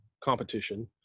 competition